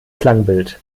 klangbild